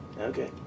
Okay